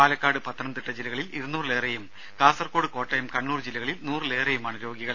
പാലക്കാട് പത്തനംതിട്ട ജില്ലകളിൽ ഇരുന്നൂറിലേറെയും കാസർകോട് കോട്ടയം കണ്ണൂർ ജില്ലകളിൽ നൂറിലേറെയുമാണ് രോഗികൾ